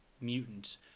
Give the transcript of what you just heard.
mutant